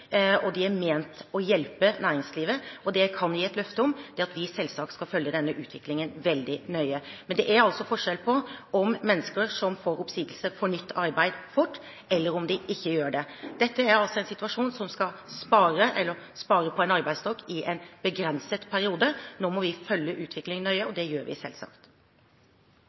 og de er ment å hjelpe næringslivet, og det jeg kan gi et løfte om, er at vi selvsagt skal følge denne utviklingen veldig nøye. Men det er altså en forskjell på om mennesker som får oppsigelse, får nytt arbeid fort, eller om de ikke gjør det. Dette er altså en situasjon der man skal spare på en arbeidsstokk i en begrenset periode. Nå må vi følge utviklingen nøye, og det gjør vi, selvsagt.